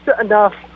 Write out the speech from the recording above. enough